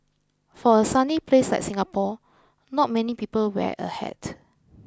for a sunny place like Singapore not many people wear a hat